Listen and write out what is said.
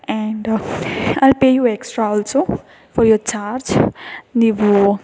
and I will pay you extra also for your charge ನೀವು